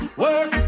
work